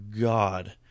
god